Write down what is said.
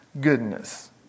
goodness